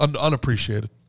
unappreciated